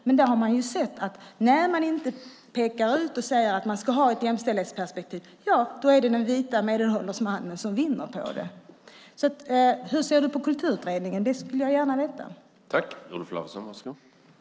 Man har ju sett att när man inte pekar ut att man ska ha ett jämställdhetsperspektiv är det den vite medelålders mannen som vinner på det. Hur ser du på Kulturutredningen? Det skulle jag gärna vilja veta.